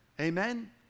Amen